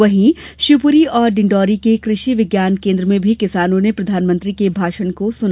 वहीं शिवपुरी और डिडौंरी के कृषि विज्ञान केन्द्र में भी किसानों ने प्रधानमंत्री का भाषण सुना